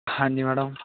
ਹਾਂਜੀ ਮੈਡਮ